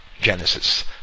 Genesis